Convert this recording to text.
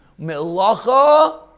melacha